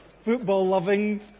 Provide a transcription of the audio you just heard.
football-loving